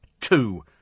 Two